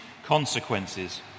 Consequences